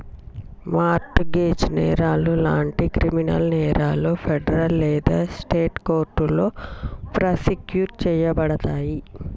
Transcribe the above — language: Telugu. మార్ట్ గేజ్ నేరాలు లాంటి క్రిమినల్ నేరాలు ఫెడరల్ లేదా స్టేట్ కోర్టులో ప్రాసిక్యూట్ చేయబడతయి